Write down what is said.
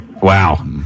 wow